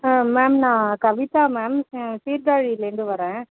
ma'am நான் Kavitha ma'am சீர்காழிலேருந்து வர்றேன்